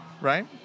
right